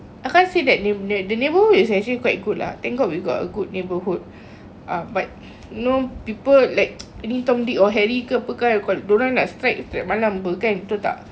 I can't say that neigh~ the neighbourhood is actually quite good lah thank god we've got a good neighbourhood ah but no people like any tom dick or harry ke apa ke you call dia orang nak strike strike malam apa betul tak